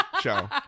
show